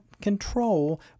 control